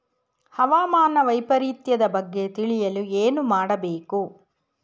ಹವಾಮಾನ ವೈಪರಿತ್ಯದ ಬಗ್ಗೆ ತಿಳಿಯಲು ಏನು ಮಾಡಬೇಕು?